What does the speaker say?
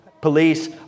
Police